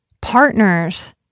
partners